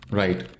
right